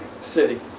city